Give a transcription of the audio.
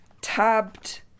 tabbed